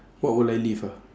what will I leave ah